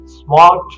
Smart